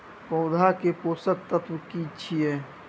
पौधा के पोषक तत्व की छिये?